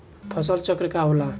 फसल चक्र का होला?